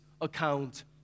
account